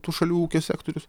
tų šalių ūkio sektorius